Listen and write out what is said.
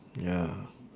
ya